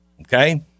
Okay